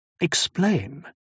Explain